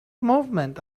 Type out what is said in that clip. movement